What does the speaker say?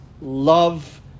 love